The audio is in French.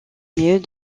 mieux